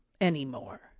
anymore